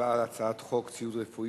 הצבעה על הצעת חוק ציוד רפואי,